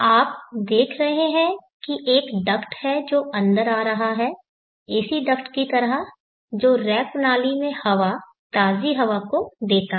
आप देख रहे हैं कि एक डक्ट है जो अंदर आ रहा है AC डक्ट की तरह जो रैक प्रणाली में हवा ताजी हवा को देता है